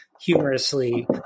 humorously